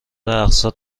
اقساط